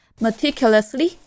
meticulously